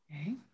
Okay